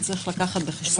צריך לקחת כל זה בחשבון.